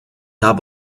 can